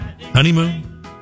Honeymoon